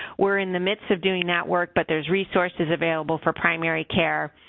we're in the midst of doing that work but there's resources available for primary care.